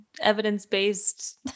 evidence-based